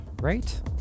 right